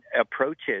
approaches